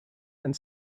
and